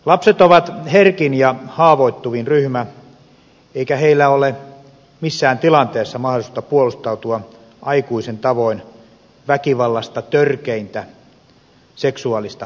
lapset ovat herkin ja haavoittuvin ryhmä eikä heillä ole missään tilanteessa mahdollisuutta puolustautua aikuisen tavoin väkivallasta törkeintä seksuaalista väkivaltaa vastaan